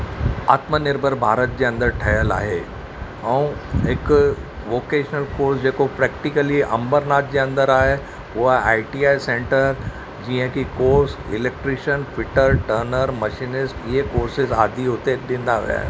आत्मनिर्भर भारत जे अंदरि ठहियलु आहे ऐं हिकु वोकेशनल कोर्स जेको प्रेक्टिकली अंबरनाथ जे अंदरि आहे उहा आई टी आई सेंटर जीअं की course electrician fitter turner machinist इए कोर्सेस आदि हुते ॾींदा विया आहिनि